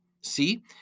See